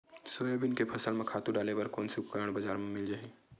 Soybean के फसल म खातु डाले बर कोन से उपकरण बजार म मिल जाहि?